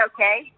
Okay